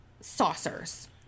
saucers